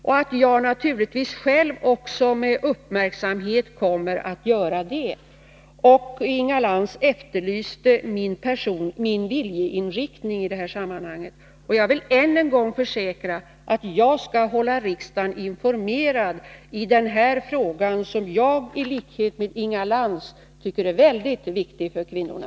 Själv kommer jag naturligtvis också att följa utvecklingen. Inga Lantz efterlyste min viljeinriktning. Jag vill än en gång försäkra att jag skall hålla riksdagen informerad i denna fråga som jag, i likhet med Inga Lantz, tycker är mycket viktig för kvinnorna.